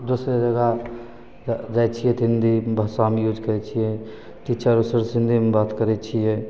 दोसरे जगह जाइ छिए तऽ हिन्दी भाषा हम यूज करै छिए टीचर सभसे हिन्दीमे बात करै छिए